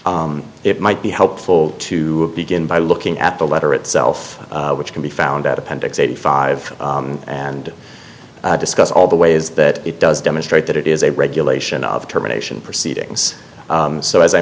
it might be helpful to begin by looking at the letter itself which can be found at appendix eighty five and discuss all the ways that it does demonstrate that it is a regulation of terminations proceedings so as i